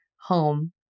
home